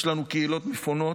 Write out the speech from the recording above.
יש לנו קהילות מפונות,